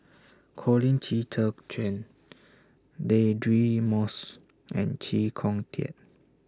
Colin Qi Zhe Quan Deirdre Moss and Chee Kong Tet